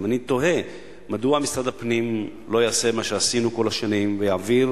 אני תוהה מדוע משרד הפנים לא יעשה מה שעשינו כל השנים ויעביר,